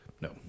no